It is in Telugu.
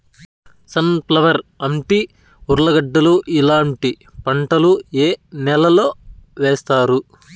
సన్ ఫ్లవర్, అంటి, ఉర్లగడ్డలు ఇలాంటి పంటలు ఏ నెలలో వేస్తారు?